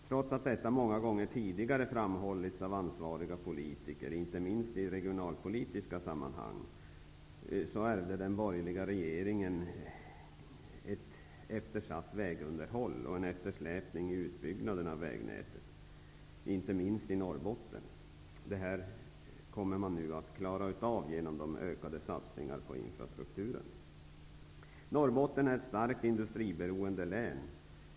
Trots att detta många gånger tidigare har framhållits av ansvariga politiker, inte minst i regionalpolitiska sammanhang, ärvde den borgerliga regeringen en situation med ett kraftigt eftersatt vägunderhåll och en eftersläpning i utbyggnaden av vägnätet, inte minst i Norrbotten. Det här kommer att klaras av med hjälp av ökade satsningar på infrastrukturen. Norrbotten är ett starkt industriberoende län.